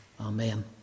Amen